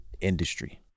industry